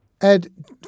Ed